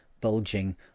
bulging